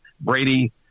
Brady